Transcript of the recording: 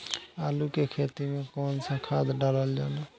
आलू के खेती में कवन सा खाद डालल जाला?